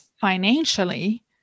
financially